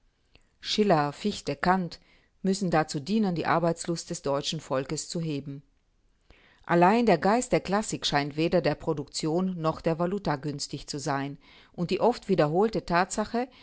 schiller fichte kant müssen dazu dienen die arbeitslust des deutschen volkes zu heben allein der geist der klassik scheint weder der produktion noch der valuta günstig zu sein und die oft wiederholte tatsache